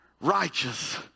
righteous